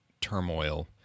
turmoil